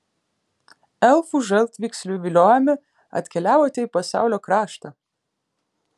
elfų žaltvykslių viliojami atkeliavote į pasaulio kraštą